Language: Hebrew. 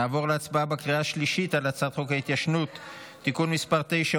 נעבור להצבעה בקריאה השלישית על הצעת חוק ההתיישנות (תיקון מס' 8,